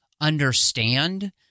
understand